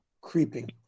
creeping